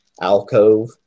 alcove